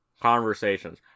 conversations